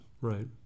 Right